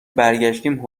برگشتیم